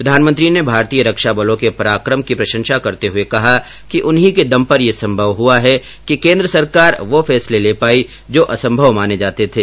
प्रधानमंत्री ने भारतीय रक्षा बलों के पराक्रम की प्रशंसा करते हुए कहा कि उन्हीं के दम पर ये सम्भव हुआ है कि केन्द्र सरकार वो फैसले ले पायी जो असम्भव माने जाते थे